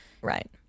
Right